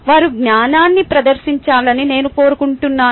వారు జ్ఞానాన్ని ప్రదర్శించాలని నేను కోరుకుంటున్నాను